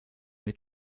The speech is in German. mit